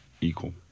equal